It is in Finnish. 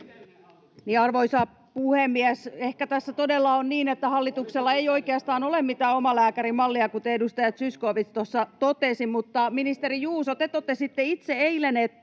Arvoisa puhemies! Ehkä tässä todella on niin, että hallituksella ei oikeastaan ole mitään omalääkärimallia, kuten edustaja Zyskowicz tuossa totesi. Mutta, ministeri Juuso, te totesitte itse eilen,